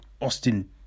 Austin